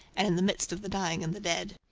and in the midst of the dying and the dead.